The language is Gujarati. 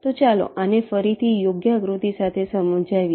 તો ચાલો આને ફરીથી યોગ્ય આકૃતિ સાથે સમજાવીએ